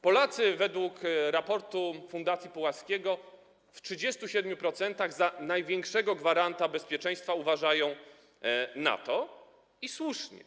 Polacy według raportu fundacji Pułaskiego w 37% za największego gwaranta bezpieczeństwa uważają NATO, i słusznie.